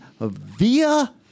via